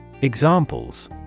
Examples